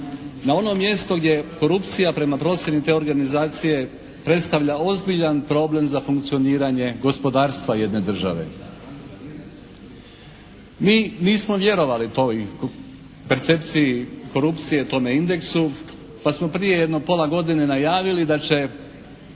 na ono mjesto gdje je korupcija prema procjeni te organizacije predstavlja ozbiljan problem za funkcioniranje gospodarstva jedne države. Mi nismo vjerovali toj percepciji korupcije tome indeksu pa smo prije jedno pola godine najavili da će